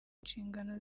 inshingano